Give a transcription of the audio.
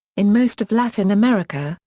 in most of latin america,